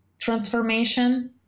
Transformation